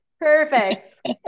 Perfect